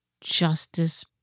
Justice